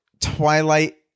Twilight